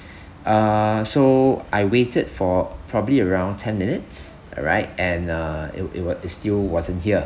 uh so I waited for probably around ten minutes right and uh it it wa~ it still wasn't here